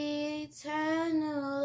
eternal